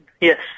Yes